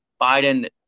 Biden